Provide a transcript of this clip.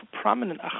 prominent